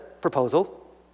proposal